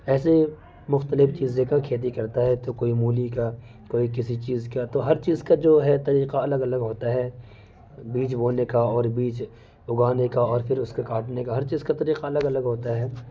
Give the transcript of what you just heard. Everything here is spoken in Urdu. ایسے مختلف چیزوں کا کھیتی کرتا ہے تو کوئی مولی کا کوئی کسی چیز کا تو ہر چیز کا جو ہے طریقہ الگ الگ ہوتا ہے بیج بونے کا اور بیج اگانے کا اور پھر اس کے کاٹنے کا ہر چیز کا طریقہ الگ الگ ہوتا ہے